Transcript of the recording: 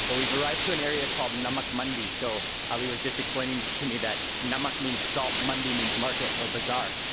but we've arrive to an area called namak mandi, so ali was just explaining to me that namak means salt, mandi means market or bazaar.